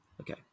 Okay